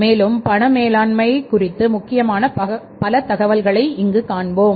மேலும் பண மேலாண்மை குறித்து முக்கியமான பல தகவல்களை இங்கு காண்போம்